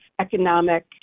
economic